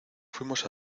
fuimos